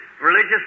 religious